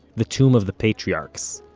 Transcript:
the tomb of the patriarchs,